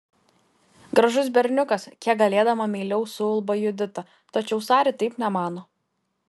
gražus berniukas kiek galėdama meiliau suulba judita tačiau sari taip nemano